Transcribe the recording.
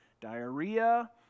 diarrhea